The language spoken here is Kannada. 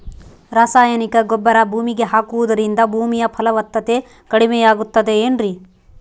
ರಾಸಾಯನಿಕ ಗೊಬ್ಬರ ಭೂಮಿಗೆ ಹಾಕುವುದರಿಂದ ಭೂಮಿಯ ಫಲವತ್ತತೆ ಕಡಿಮೆಯಾಗುತ್ತದೆ ಏನ್ರಿ?